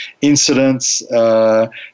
incidents